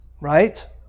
Right